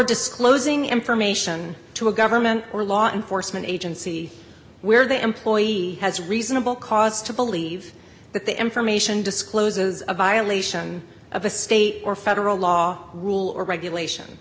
disclosing information to a government or law enforcement agency where the employee has reasonable cause to believe that the information discloses a violation of a state or federal law rule or regulation